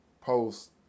post